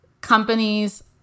companies